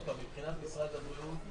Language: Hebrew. עוד פעם, מבחינת משרד הבריאות,